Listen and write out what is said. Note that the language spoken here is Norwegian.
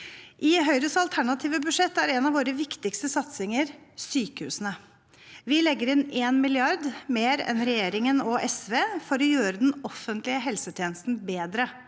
I Høyres alternative budsjett er sykehusene en av våre viktigste satsinger. Vi legger inn 1 mrd. kr mer enn regjeringen og SV for å gjøre den offentlige helsetjenesten bedre.